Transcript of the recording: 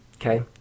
Okay